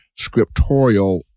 scriptorial